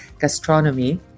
gastronomy